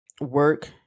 work